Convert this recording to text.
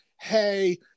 hey